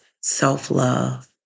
self-love